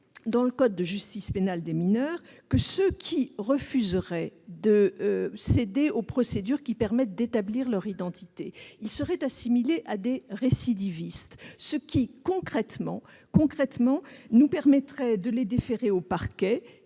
dans le code de la justice pénale des mineurs, que ceux qui refuseraient de se soumettre aux procédures qui permettent d'établir leur identité seraient assimilés à des récidivistes, ce qui, concrètement, nous permettra de les déférer au parquet.